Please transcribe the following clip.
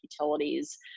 utilities